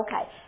Okay